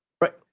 Right